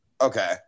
Okay